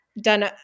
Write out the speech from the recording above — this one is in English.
Done